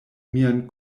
mian